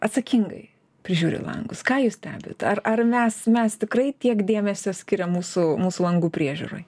atsakingai prižiūri langus ką jūs stebit ar ar mes mes tikrai tiek dėmesio skiriam mūsų mūsų langų priežiūrai